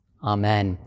Amen